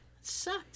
Sucked